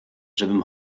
żebym